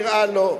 נראה לו,